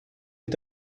est